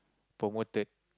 promoted